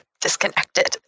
disconnected